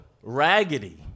raggedy